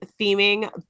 theming